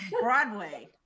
Broadway